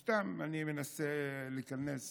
סתם, אני מנסה להיכנס